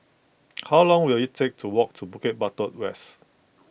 how long will it take to walk to Bukit Batok West